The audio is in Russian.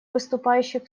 выступающих